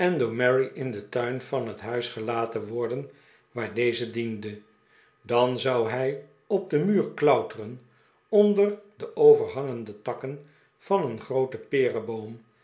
mary in den tuin van het huis gelaten worden waar deze diende dan zou hij op den muur klauteren onder de overhangende takken van een grooten